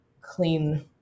clean